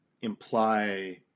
imply